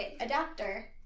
Adapter